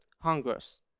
hungers